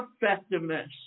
effectiveness